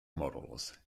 models